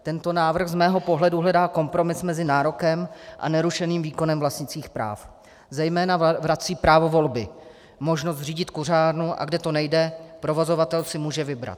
Tento návrh z mého pohledu hledá kompromis mezi nárokem a nerušeným výkonem vlastnických práv, zejména vrací právo volby, možnost zřídit kuřárnu, a kde to nejde, provozovatel si může vybrat.